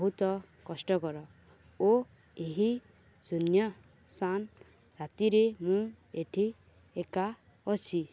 ବହୁତ କଷ୍ଟକର ଓ ଏହି ଶୂନ୍ୟ ସାନ ରାତିରେ ମୁଁ ଏଠି ଏକା ଅଛି